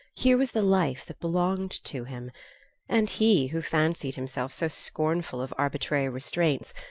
here was the life that belonged to him and he, who fancied himself so scornful of arbitrary restraints,